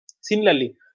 similarly